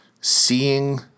seeing